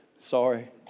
Sorry